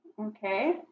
Okay